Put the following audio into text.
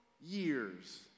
years